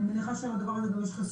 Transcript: אני מניחה שלדבר הזה יש גם חסרונות,